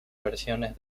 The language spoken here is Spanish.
versiones